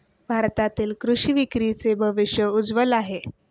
भारतातील कृषी विक्रीचे भविष्य उज्ज्वल आहे